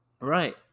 right